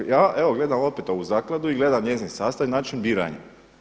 Evo ja gledamo opet ovu zakladu i gledam njezin sastav i način biranja.